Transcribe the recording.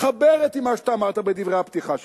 הוא מאוד מתחבר עם מה שאתה אמרת בדברי הפתיחה שלך.